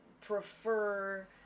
prefer